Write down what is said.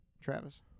Travis